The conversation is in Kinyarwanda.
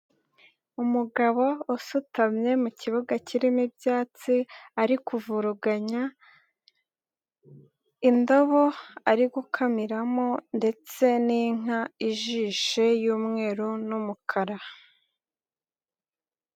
Umugabo usutamye mu kibuga kirimo ibyatsi ari kuvuruganya, indabo ari gukamiramo ndetse n'inka ijishe y'umweru n'umukara.